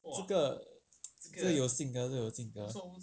这个 这个有性格这个有性格